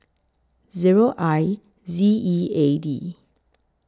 Zero I Z E A D